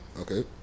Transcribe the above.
okay